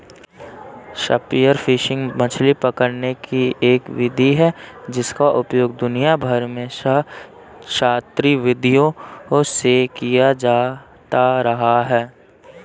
spear fishing मछली पकड़ने की एक विधि है जिसका उपयोग दुनिया भर में सहस्राब्दियों से किया जाता रहा है